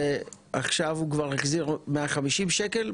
ועכשיו הוא כבר החזיר 150 שקלים,